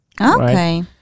Okay